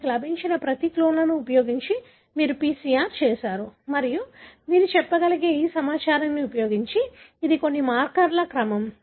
మీకు లభించిన ప్రతి క్లోన్ను ఉపయోగించి మీరు PCR చేసారు మరియు మీరు చెప్పగలిగే ఈ సమాచారాన్ని ఉపయోగించి ఇది అన్ని మార్కర్ల క్రమం